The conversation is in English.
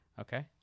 Okay